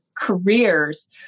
careers